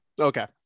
Okay